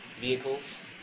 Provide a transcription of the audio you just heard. vehicles